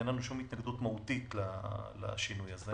אין לנו שום התנגדות מהותית לשינוי הזה.